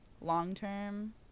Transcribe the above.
long-term